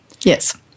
yes